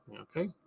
Okay